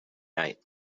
night